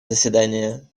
заседания